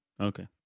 Okay